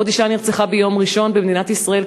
עוד אישה נרצחה ביום ראשון במדינת ישראל,